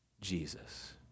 Jesus